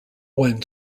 when